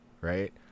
right